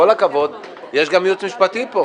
עם כל הכבוד, יש גם ייעוץ משפטי פה.